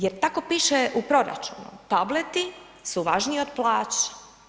Jer tako piše u proračunu, tableti su važniji od plaća.